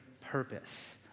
purpose